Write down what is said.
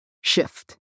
shift